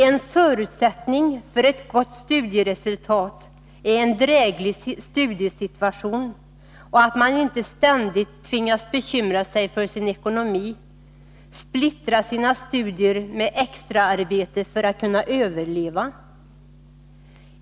En förutsättning för ett gott studieresultat är en dräglig studiesituation och att man inte ständigt tvingas bekymra sig för sin ekonomi och splittra sina studier med extraarbete för att kunna överleva.